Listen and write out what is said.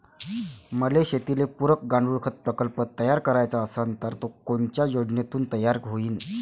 मले शेतीले पुरक गांडूळखत प्रकल्प तयार करायचा असन तर तो कोनच्या योजनेतून तयार होईन?